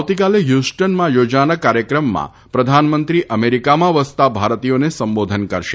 આવતીકાલે હ્યુસ્ટનમાં થાજાનાર કાર્યક્રમમાં પ્રધાનમંત્રી અમેરીકામાં વસતા ભારતીયાંંં સંબાધન કરશે